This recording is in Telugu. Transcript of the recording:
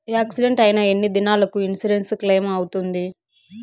యాక్సిడెంట్ అయిన ఎన్ని దినాలకు ఇన్సూరెన్సు క్లెయిమ్ అవుతుంది?